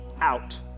out